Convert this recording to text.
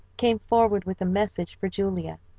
came forward with a message for julia.